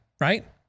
right